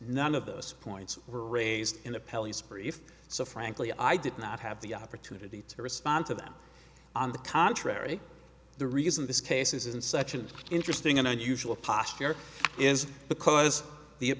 none of those points were raised in the police brief so frankly i did not have the opportunity to respond to them on the contrary the reason this case is in such an interesting and unusual posture is because the